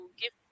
give